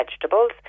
vegetables